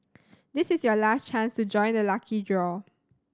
this is your last chance to join the lucky draw